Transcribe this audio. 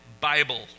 Bible